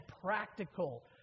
practical